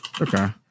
okay